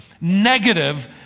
negative